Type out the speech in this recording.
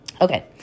Okay